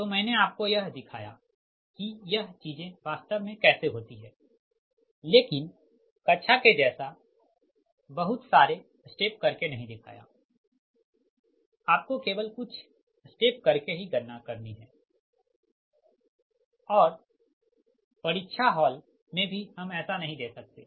तो मैंने आपको यह दिखाया कि यह चीजें वास्तव में कैसे होती है लेकिन कक्षा के जैसा बहुत सारे स्टेप करके नही दिखाया आपको केवल कुछ स्टेप करके ही गणना करनी है और परीक्षा हॉल में भी हम ऐसा नही दे सकते है